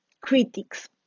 critics